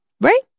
Right